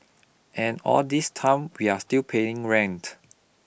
and all this time we are still paying rent